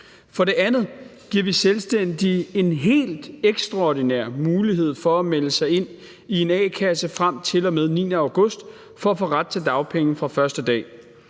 For det andet giver vi selvstændige en helt ekstraordinær mulighed for at melde sig ind i en a-kasse frem til og med den 9. august for at få ret til dagpenge fra første dag.